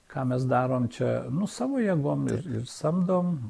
ką mes darom čia nu savo jėgom ir ir samdom